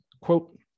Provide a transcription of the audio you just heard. quote